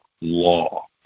law